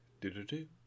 Do-do-do